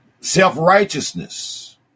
Self-righteousness